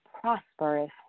prosperous